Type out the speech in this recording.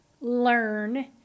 learn